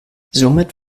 somit